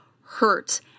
hurt